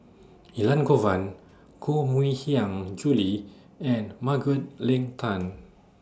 Elangovan Koh Mui Hiang Julie and Margaret Leng Tan